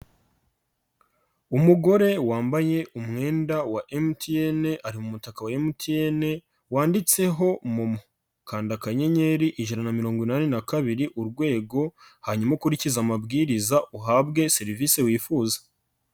Umugore wambaye umwenda wa MTN ari mu umutaka wa MTN wanditseho MoMo, kanda akayenyeri ijana na mirongo inani na kabiri urwego hanyuma ukurikize amabwiriza uhabwe serivisi wifuza.